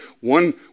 One